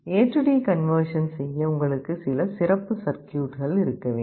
ஏடி conversion செய்ய உங்களுக்கு சில சிறப்பு சர்க்யூட்கள் இருக்க வேண்டும்